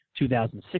2006